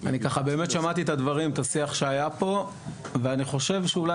שמעתי את השיח שהיה פה ואני חושב שאולי